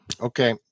Okay